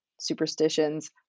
superstitions